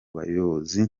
bayobozi